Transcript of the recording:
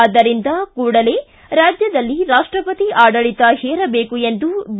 ಆದ್ದರಿಂದ ಕೂಡಲೇ ರಾಜ್ಯದಲ್ಲಿ ರಾಷ್ಟಪತಿ ಆಡಳಿತ ಹೇರಬೇಕು ಎಂದು ಬಿ